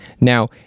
Now